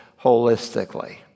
holistically